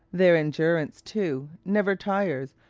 their endurance, too, never tires,